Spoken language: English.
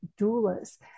doulas